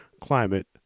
climate